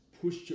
Push